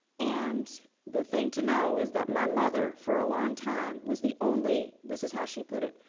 and the thing to know is that my mother for a long time was the only, this is how she put it,